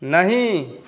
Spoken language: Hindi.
नहीं